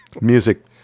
Music